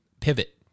pivot